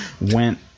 went